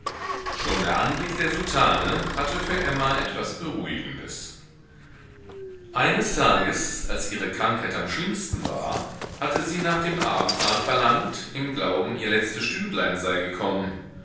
schon der anblick der soutane hatte für emma etwas beruhigendes eines tages als ihre krankheit am schlimmsten war hatte sie nach dem abendmahl verlangt im glauben ihr letztes stündlein sei gekommen